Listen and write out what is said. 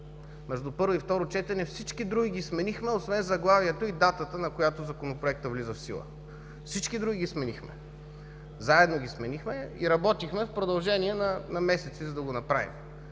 Между първо и второ четене сменихме всички други, освен заглавието и датата, на която Законопроектът влиза в сила! Всички други ги сменихме, заедно ги сменихме и работихме в продължение на месеци, за да го направим.